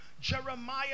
Jeremiah